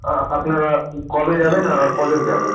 আ আপনারা কবে যাবেন আর ক জন যাবেন